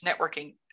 networking